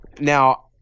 Now